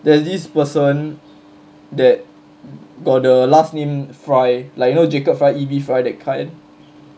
there's this person that got the last name frye like you know jacob frye evie frye that kind